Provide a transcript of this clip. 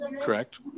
Correct